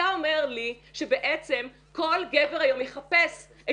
אתה אומר לי שבעצם כל גבר היום יחפש את